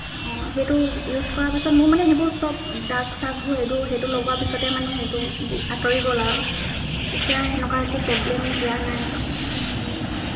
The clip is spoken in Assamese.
অঁ সেইটো ইউজ কৰা পিছত মোৰ মানে সেইবোৰ চব দাগ চাগবোৰ সেইবোৰ সেইটো লগোৱা পিছতে মানে আঁতৰি গ'ল আৰু এতিয়া সেনেকুৱা একো প্ৰব্লেম দিয়া নাই